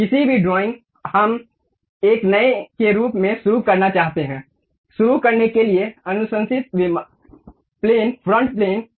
किसी भी ड्राइंग हम एक नए के रूप में शुरू करना चाहते हैं शुरू करने के लिए अनुशंसित विमान फ्रंट प्लेन है